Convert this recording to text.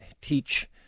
teach